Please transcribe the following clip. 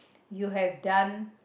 you have done